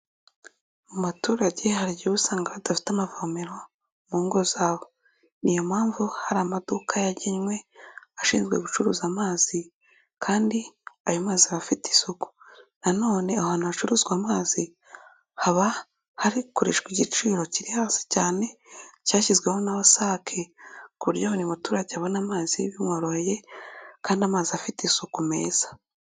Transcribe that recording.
Mu baturage hari igihe uba usanga hadafite amavomero mu ngo zabo, niyo mpamvu hari amaduka yagenwe ashinzwe gucuruza amazi kandi ayo mazi abafite isuku, nanone ahantu hacuruzwa amazi haba hari gukoreshwa igiciro kiri hasi cyane cyashyizweho na WASAC, ku buryo buri muturage abona amazi bimworoye kandi amazi afite isuku meza.